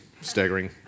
staggering